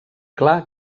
clar